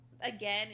again